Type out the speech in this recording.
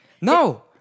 no